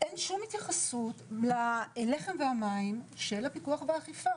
אין שום התייחסות ללחם ולמים של הפיקוח והאכיפה.